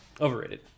Overrated